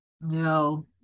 no